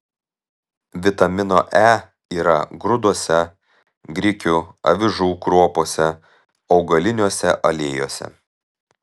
vitamino e yra grūduose grikių avižų kruopose augaliniuose aliejuose